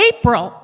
April